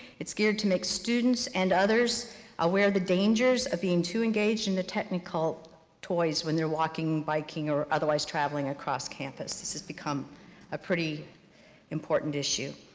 it's geared to make students and others aware of the dangers of being too engaged in the technical toys when they're walking, biking, or otherwise traveling across campus, this has become a pretty important issue.